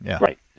Right